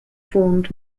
formed